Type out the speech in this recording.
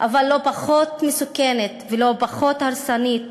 אבל לא פחות מסוכנת ולא פחות הרסנית.